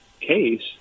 case